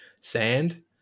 sand